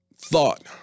thought